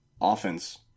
Offense